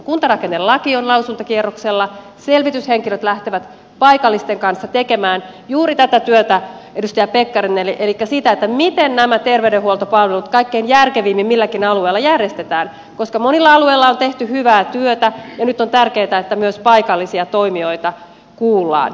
kuntarakennelaki on lausuntakierroksella selvityshenkilöt lähtevät paikallisten kanssa tekemään juuri tätä työtä edustaja pekkarinen elikkä sitä miten nämä terveydenhuoltopalvelut kaikkein järkevimmin milläkin alueella järjestetään koska monilla alueilla on tehty hyvää työtä ja nyt on tärkeätä että myös paikallisia toimijoita kuullaan